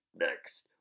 next